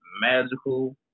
magical